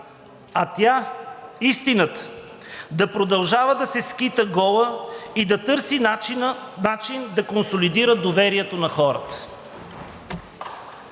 а тя, Истината, да продължава да се скита гола и да търси начин да консолидира доверието на хората.